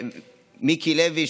מיקי לוי,